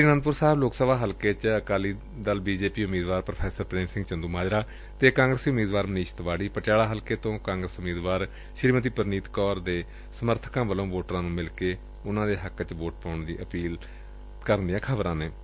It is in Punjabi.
ਆਨੰਦਪੁਰ ਸਾਹਿਬ ਲੋਕਸਭਾ ਹਲਕੇ ਵਿੱਚ ਅਕਾਲੀ ਬੀਜੇਪੀ ਉਮੀਦਵਾਰ ਪ੍ਰੋ ਪ੍ਰੇਮ ਸਿੰਘ ਚੰਦੂਮਾਜਰਾ ਤੇ ਕਾਂਗਰਸ ਉਮੀਦਵਾਰ ਮਨੀਸ਼ ਤਿਵਾਤੀ ਪਟਿਆਲਾ ਹਲਕੇ ਤੋਂ ਕਾਂਗਰਸ ਉਮੀਦਵਾਰ ਪਰਨੀਤ ਕੌਰ ਦੇ ਸਮਰਥਕਾਂ ਵੱਲੋਂ ਵੋਟਰਾਂ ਨੂੰ ਮਿਲ ਕੇ ਉਨੂਾਂ ਦੇ ਹੱਕ 'ਚ ਵੋਟ ਪਾਉਣ ਦੀ ਅਪੀਲ ਕਰਨ ਦੀਆਂ ਖਬਰਾਂ ਮਿਲੀਆਂ ਨੇ